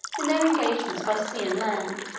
in their engagements by sea and land,